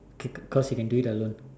be because you can do it alone